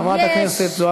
אל תדאג, חבר הכנסת חזן,